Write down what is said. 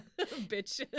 bitch